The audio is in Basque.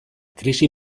krisi